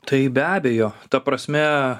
tai be abejo ta prasme